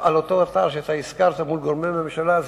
בעניין אותו אתר שהזכרת, מול גורמי ממשלה.